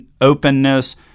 openness